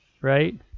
right